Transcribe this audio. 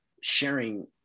sharing